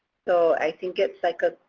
so i think it's like a,